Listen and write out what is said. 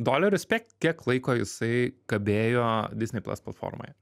dolerių spek kiek laiko jisai kabėjo disney plas platformoje